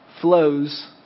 flows